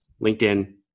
LinkedIn